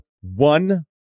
one